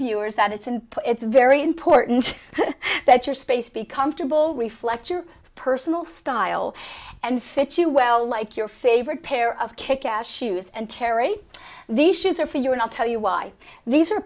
viewers that it's and it's very important that your space be comfortable reflects your personal style and fits you well like your favorite pair of kick ass shoes and terry these shoes are for you and i'll tell you why these